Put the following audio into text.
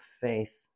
faith